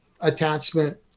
attachment